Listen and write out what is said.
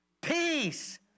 peace